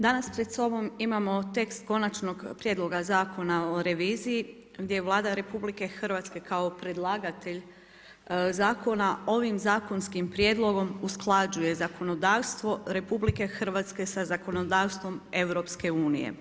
Danas pred sobom imamo tekst Konačnog prijedloga zakona o reviziji gdje Vlada RH kao predlagatelj zakona ovim zakonskim prijedlogom usklađuje zakonodavstvo RH sa zakonodavstvom EU.